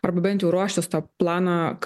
arba bent jau ruoštis tą planą